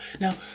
Now